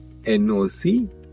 NOC